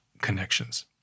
connections